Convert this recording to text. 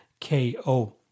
KO